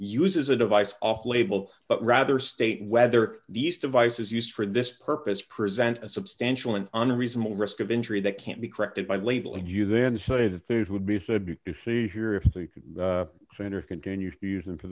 uses a device off label but rather state whether these devices used for this purpose present a substantial and unreasonable risk of injury that can't be corrected by label and you then say the food would be better continue to use them for